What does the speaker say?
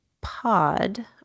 pod